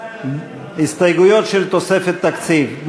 הסתייגויות של תוספת תקציב.